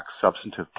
substantive